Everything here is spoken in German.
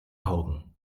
augen